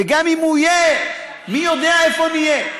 וגם אם הוא יהיה, מי יודע איפה נהיה.